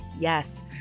yes